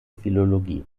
philologie